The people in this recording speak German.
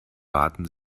waten